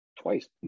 Twice